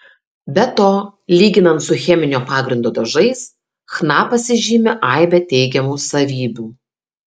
be to lyginant su cheminio pagrindo dažais chna pasižymi aibe teigiamų savybių